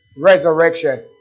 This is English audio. resurrection